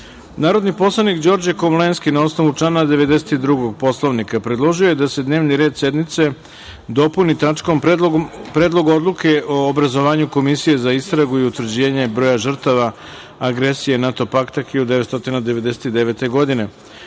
predlog. Narodni poslanik Đorđe Komlenski, na osnovu člana 92. Poslovnika, predložio je da se dnevni red sednice dopuni tačkom – Predlog odluke o obrazovanju komisije za istragu i utvrđenje broja žrtava agresije NATO pakta 1999. godine,